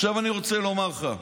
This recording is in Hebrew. עכשיו אני רוצה לומר לך,